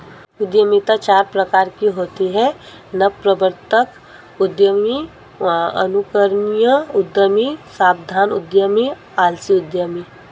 उद्यमिता चार प्रकार की होती है नवप्रवर्तक उद्यमी, अनुकरणीय उद्यमी, सावधान उद्यमी, आलसी उद्यमी